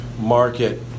market